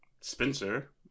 spencer